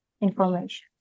information